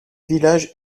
village